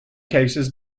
cases